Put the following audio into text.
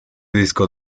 disco